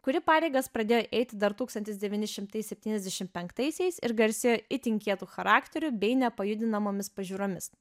kuri pareigas pradėjo eiti dar tūkstantis devyni šimtai septyniasdešim penktaisiais ir garsėjo itin kietu charakteriu bei nepajudinamomis pažiūromis